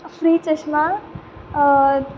free Chashmah